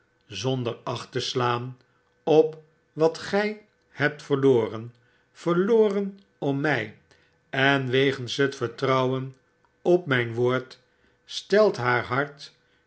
zonder acht te slaan op wat gy hebt verloren verloren om my en wegens net vertrouwen op mijo woord stelt haar hart